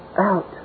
out